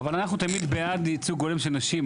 אנחנו תמיד בעד ייצוג הולם של נשים.